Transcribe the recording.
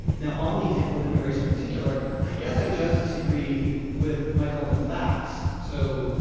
now, on the example of immigration in particular, i guess i just disagree with michael on the facts. so,